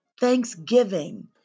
Thanksgiving